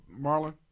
Marlon